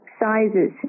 sizes